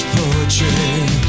portrait